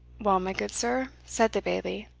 well, my good sir, said the bailie,